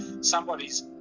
somebody's